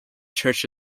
church